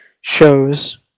shows